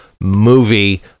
movie